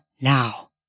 now